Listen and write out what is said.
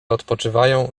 odpoczywają